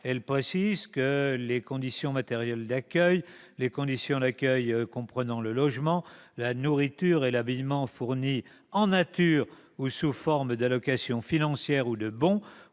entend par « conditions matérielles d'accueil, les conditions d'accueil comprenant le logement, la nourriture et l'habillement, fournis en nature ou sous forme d'allocation financière ou de bons,